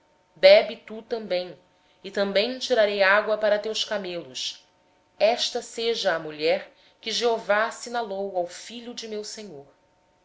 bebe tu e também tirarei água para os teus camelos seja a mulher que o senhor designou para o filho de meu senhor